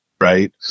right